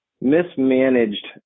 mismanaged